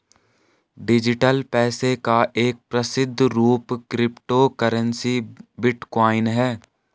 digital पैसे का एक प्रसिद्ध रूप क्रिप्टो करेंसी बिटकॉइन है